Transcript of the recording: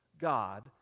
God